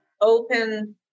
open